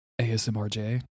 ASMRJ